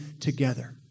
together